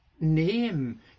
name